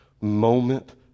moment